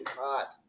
hot